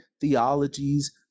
theologies